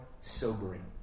sobering